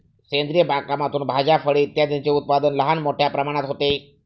सेंद्रिय बागकामातून भाज्या, फळे इत्यादींचे उत्पादन लहान मोठ्या प्रमाणात होते